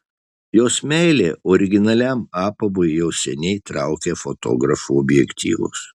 jos meilė originaliam apavui jau seniai traukia fotografų objektyvus